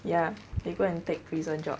ya they go and take prison job